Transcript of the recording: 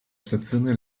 stazione